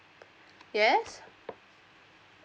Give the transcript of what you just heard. yes